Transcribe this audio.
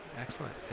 Excellent